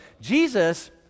Jesus